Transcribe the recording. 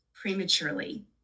prematurely